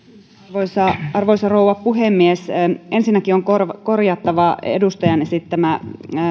arvoisa arvoisa rouva puhemies ensinnäkin on korjattava edustajan esittämä